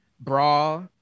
bra